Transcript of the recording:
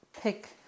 pick